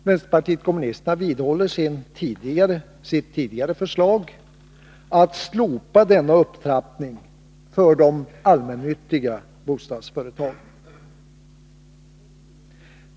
Vänsterpartiet kommunisterna vidhåller sitt tidigare förslag om att slopa denna upptrappning för de allmännyttiga bostadsföretagen.